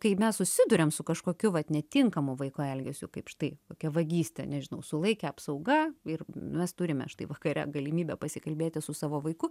kai mes susiduriam su kažkokiu vat netinkamu vaiko elgesiu kaip štai kokia vagystė nežinau sulaikė apsauga ir mes turime štai vakare galimybę pasikalbėti su savo vaiku